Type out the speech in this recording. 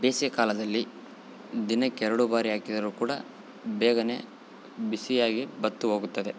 ಬೇಸಿಗೆ ಕಾಲದಲ್ಲಿ ದಿನಕ್ಕೆ ಎರಡು ಬಾರಿ ಹಾಕಿದರೂ ಕೂಡ ಬೇಗನೆ ಬಿಸಿಯಾಗಿ ಬತ್ತಿಹೋಗುತ್ತದೆ